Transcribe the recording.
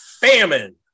famine